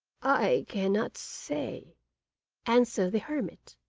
i cannot say answered the hermit.